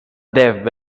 dev